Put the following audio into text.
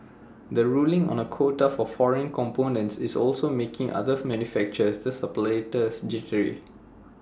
the ruling on A quota for foreign components is also making other manufacturers this suppliers jittery